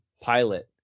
pilot